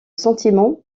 sentiment